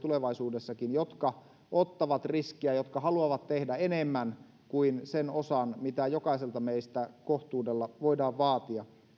tulevaisuudessakin suomalaisia jotka ottavat riskiä jotka haluavat tehdä enemmän kuin sen osan mitä jokaiselta meistä kohtuudella voidaan vaatia